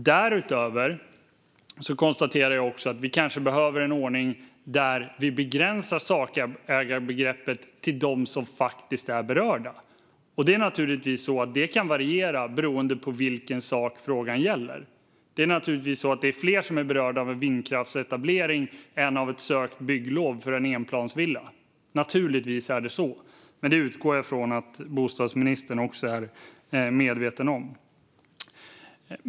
Därutöver konstaterade jag att vi kanske behöver en ordning där vi begränsar sakägarbegreppet till dem som faktiskt är berörda. Det kan naturligtvis variera beroende på vad frågan gäller. Fler är givetvis berörda av en vindkraftsetablering än av ett sökt bygglov för en enplansvilla. Detta utgår jag dock från att bostadsministern också är medveten om.